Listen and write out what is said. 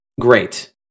Great